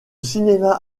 cinéma